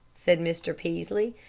said mr. peaslee.